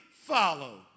follow